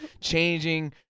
changing